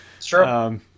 Sure